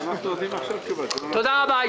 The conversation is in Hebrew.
תודה רבה.